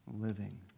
living